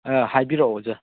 ꯑꯥ ꯍꯥꯏꯕꯤꯔꯛꯑꯣ ꯑꯣꯖꯥ